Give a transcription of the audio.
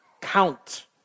count